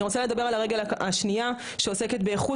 אני רוצה לדבר על הרגל השנייה שעוסקת באיכות